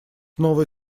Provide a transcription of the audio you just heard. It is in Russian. новой